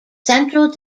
central